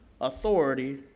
authority